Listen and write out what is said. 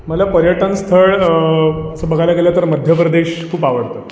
मला पर्यटनस्थळ तसं बघायला गेलं तर मध्य प्रदेश खूप आवडतं